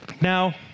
Now